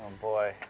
boy.